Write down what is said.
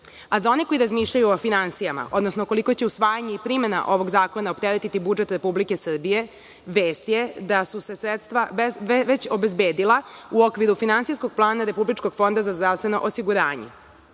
one koji razmišljaju o finansijama, odnosno koliko će usvajanje i primena ovog zakona opteretiti budžet Republike Srbije, vest je da su se sredstva već obezbedila u okviru finansijskog plana Republičkog fonda za zdravstveno osiguranje. Mi